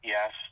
Yes